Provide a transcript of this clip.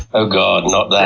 oh god, not